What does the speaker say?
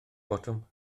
botwm